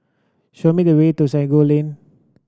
show me the way to Sago Lane